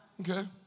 okay